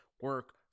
Work